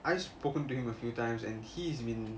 I've spoken to him a few times and he's been